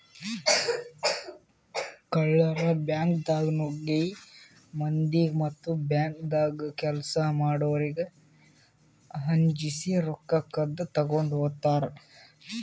ಕಳ್ಳರ್ ಬ್ಯಾಂಕ್ದಾಗ್ ನುಗ್ಗಿ ಮಂದಿಗ್ ಮತ್ತ್ ಬ್ಯಾಂಕ್ದಾಗ್ ಕೆಲ್ಸ್ ಮಾಡೋರಿಗ್ ಅಂಜಸಿ ರೊಕ್ಕ ಕದ್ದ್ ತಗೊಂಡ್ ಹೋತರ್